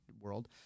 world